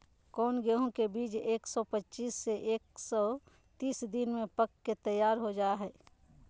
कौन गेंहू के बीज एक सौ पच्चीस से एक सौ तीस दिन में पक के तैयार हो जा हाय?